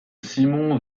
simon